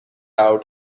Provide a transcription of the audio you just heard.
out